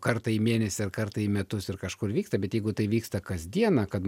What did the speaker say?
kartą į mėnesį ar kartą į metus ir kažkur vyksta bet jeigu tai vyksta kas dieną kad